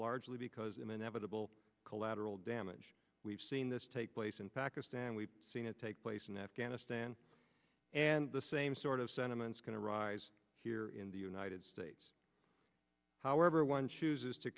inevitable collateral damage we've seen this take place in pakistan we've seen it take place in afghanistan and the same sort of sentiments going to rise here in the united states however one chooses to